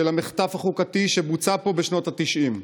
המחטף החוקתי שבוצע פה בשנות התשעים.